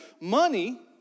money